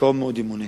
בקרוב מאוד ימונה.